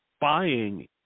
buying